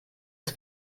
das